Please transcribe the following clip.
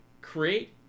Create